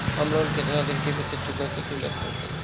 हम लोन केतना दिन के भीतर चुका सकिला तनि बताईं?